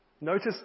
Notice